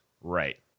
right